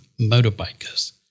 motorbikers